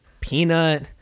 peanut